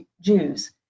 Jews